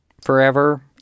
forever